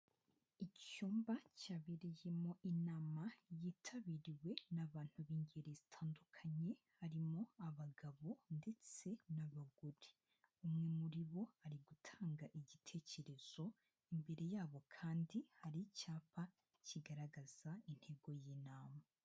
Icyumba cyabereyemo inama yitabiriwe n'abantu b'ingeri zitandukanye, harimo abagabo ndetse n'abagore, umwe muri bo ari gutanga igitekerezo, imbere yabo kandi hari icyapa kigaragaza intego y'inama.